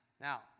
Now